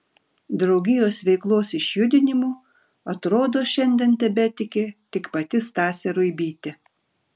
draugijos veiklos išjudinimu atrodo šiandien tebetiki tik pati stasė ruibytė